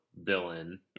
villain